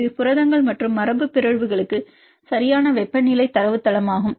இது புரதங்கள் மற்றும் மரபுபிறழ்வுகளுக்கு சரியான வெப்பநிலை தரவுத்தளமாகும்